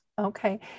Okay